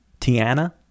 Tiana